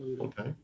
Okay